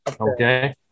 Okay